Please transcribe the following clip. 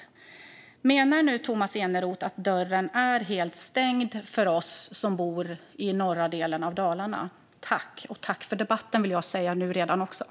Menar nu Tomas Eneroth att dörren är helt stängd för oss som bor i norra delen av Dalarna? Jag vill redan nu säga: Tack för debatten!